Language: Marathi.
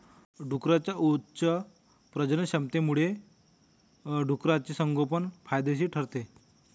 डुकरांच्या उच्च प्रजननक्षमतेमुळे डुकराचे संगोपन फायदेशीर ठरते